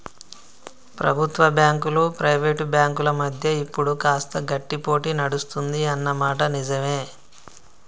ప్రభుత్వ బ్యాంకులు ప్రైవేట్ బ్యాంకుల మధ్య ఇప్పుడు కాస్త గట్టి పోటీ నడుస్తుంది అన్న మాట నిజవే